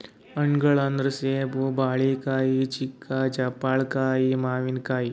ಹಣ್ಣ್ಗೊಳ್ ಅಂದ್ರ ಸೇಬ್, ಬಾಳಿಕಾಯಿ, ಚಿಕ್ಕು, ಜಾಪಳ್ಕಾಯಿ, ಮಾವಿನಕಾಯಿ